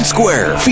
Square